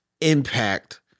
impact